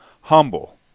humble